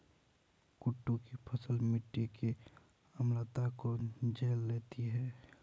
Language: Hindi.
कुट्टू की फसल मिट्टी की अम्लता को झेल लेती है